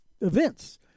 events